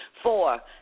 Four